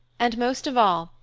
and most of all,